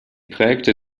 prägte